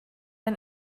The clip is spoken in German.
ein